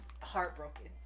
Heartbroken